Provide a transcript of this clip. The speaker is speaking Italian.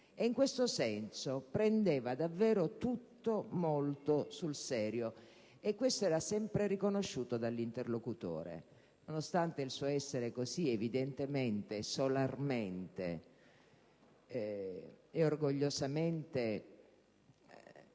In questo senso, prendeva davvero tutto molto sul serio, e ciò era sempre riconosciuto dall'interlocutore, nonostante il suo essere così evidentemente, solarmente ed orgogliosamente